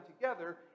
together